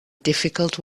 difficult